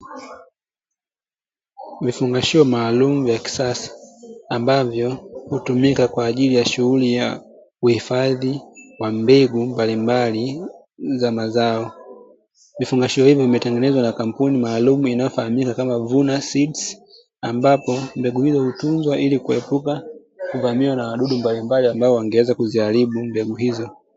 Vifungoshio maalum vya kisasa ambavyo hutumika kwa ajili ya shughuli ya uhifadhi wa mbegu mbalimbali za mazao, vifungashio hivyo imetengenezwa na kampuni maalum, inayofahamika kama mvunusi ambapo mbegu hizo hutunzwa ili kuepuka kuvamiwa na wadudu mbalimbali ambao wangeweza kuziharibu mbegu hizo.